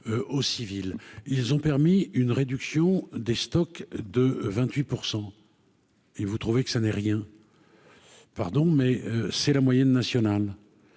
ils ont permis une réduction des stocks de 28 % et vous trouvez que ça n'est rien, pardon, mais c'est la moyenne nationale